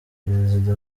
perezida